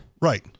Right